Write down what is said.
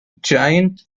giant